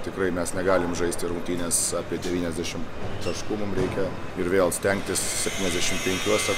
tikrai mes negalim žaisti rungtynes apie devyniasdešimt taškų mum reikia ir vėl stengtis septyniasdešimt penkiuose